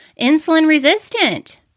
insulin-resistant